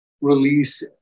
release